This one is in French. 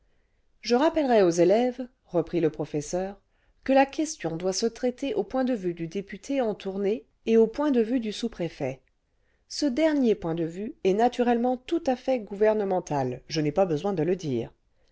je rappellerai aux élèves reprit le professeur que la question doit se traiter au point de vue du député en tournée et au point de vue du souspréfet ce dernier point de vue est naturellement tout à fait gouvernemental je n'ai pas besoin de le dire